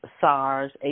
SARS